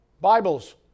Bibles